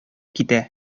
китә